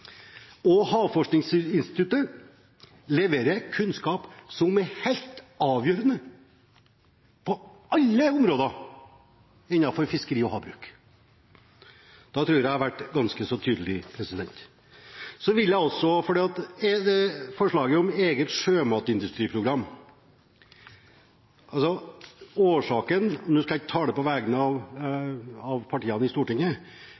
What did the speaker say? Havforskningsinstituttet leverer kunnskap som er helt avgjørende på alle områder innenfor fiskeri og havbruk. – Da tror jeg at jeg har vært ganske så tydelig. Så til forslaget om eget sjømatindustriprogram. Nå skal ikke jeg tale på vegne av partiene i Stortinget.